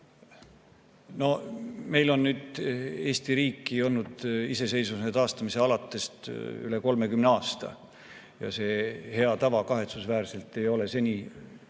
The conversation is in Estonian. meil on nüüd Eesti riiki olnud iseseisvuse taastamisest alates üle 30 aasta ja see hea tava kahetsusväärselt ei ole seni